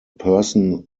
person